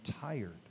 tired